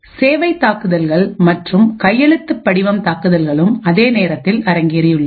சேவை தாக்குதல்கள் மற்றும் கையெழுத்துப் படிவம் தாக்குதல்களும் அதே நேரத்தில் அரங்கேறியுள்ளது